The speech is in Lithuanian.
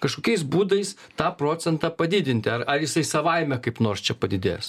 kažkokiais būdais tą procentą padidinti ar jisai savaime kaip nors čia padidės